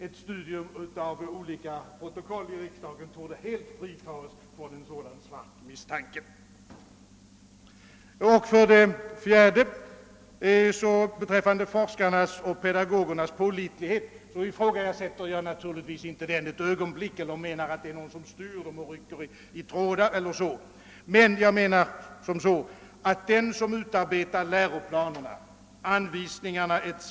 Ett studium av olika protokoll i riksdagen torde helt frita oss från en sådan svart misstanke. För det fjärde ifrågasätter jag naturligtvis inte ett ögonblick forskarnas och pedagogernas pålitlighet. Jag menar inte att det är någon som styr dem och rycker i trådar och så. Men jag menar att den som utarbetar läroplaner, anvisningar etc.